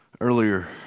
Earlier